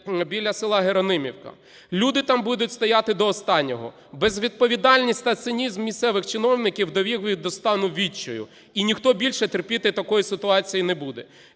біля села Геронимівка. Люди там будуть стояти до останнього. Безвідповідальність та цинізм місцевих чиновників довів їх до стану відчаю і ніхто більше терпіти такої ситуації не буде.